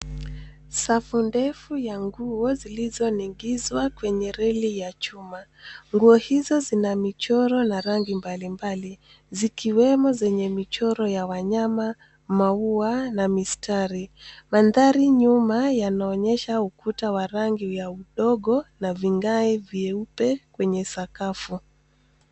Safu ndefu ya nguo zilizonigizwa kwenye reli ya chuma. Nguo izo zina michoro na rangi mbalimbali, zikiwemo zenye michoro ya wanyama, maua na mistari. Mandhari nyuma yanaonyesha ukuta wa rangi ya udongo na vigae vyeupe kwenye sakafu.